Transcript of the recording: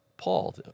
Paul